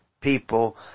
people